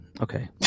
Okay